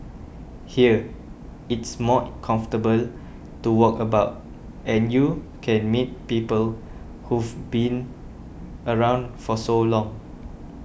here it's more comfortable to walk about and you can meet people who've been around for so long